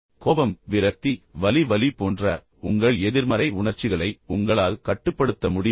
கோபம் விரக்தி வலி வலி போன்ற உங்கள் எதிர்மறை உணர்ச்சிகளை உங்களால் கட்டுப்படுத்த முடியுமா